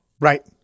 Right